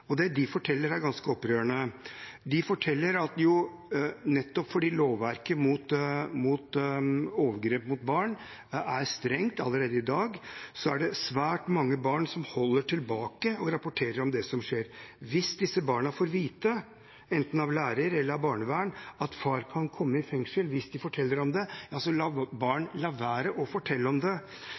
mot barn er strengt allerede i dag, er det svært mange barn som holder tilbake å rapportere om det som skjer. Hvis disse barna får vite, enten av lærer eller av barnevern, at far kan komme i fengsel hvis de forteller om det, ja, så lar barn være å fortelle om det.